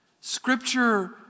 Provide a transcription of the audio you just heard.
scripture